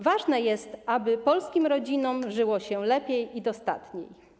Ważne jest, aby polskim rodzinom żyło się lepiej i dostatniej.